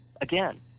again